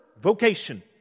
vocation